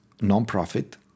non-profit